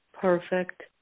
perfect